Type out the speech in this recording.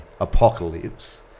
apocalypse